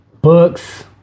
Books